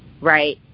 Right